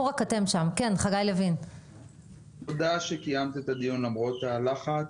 תודה שקיימת את הדיון למרות הלחץ.